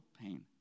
pain